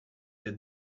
did